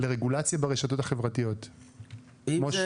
הבנתי אותך.